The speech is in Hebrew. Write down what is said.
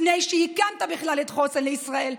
לפני שהקמת בכלל את חוסן לישראל,